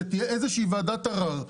שתהיה איזו שהיא ועדת ערר.